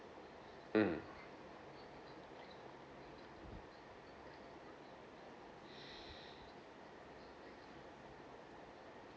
mm